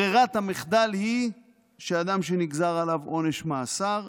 ברירת המחדל היא שאדם שנגזר עליו עונש מאסר,